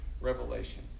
revelation